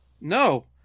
No